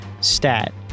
Stat